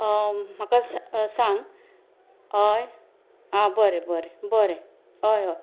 म्हाका सांग हय आं बरें बरें बरें हय हय